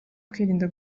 kwirinda